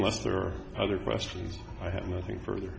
unless there are other questions i have nothing further